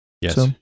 Yes